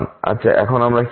আচ্ছা এখন আমরা কি পাব